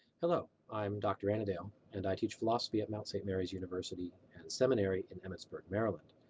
hello, i'm dr. anadale and i teach philosophy at mount saint mary's university and seminary in emmitsburg, maryland.